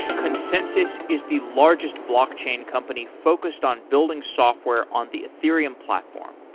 consensys is the largest blockchain company focused on building software on the ethereum platform.